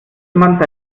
man